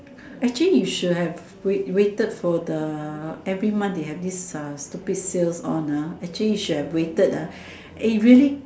actually you should have wai~ waited for the every month they have this uh stupid sale on ah actually you should have waited ah eh really